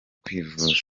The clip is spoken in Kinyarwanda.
kwivuza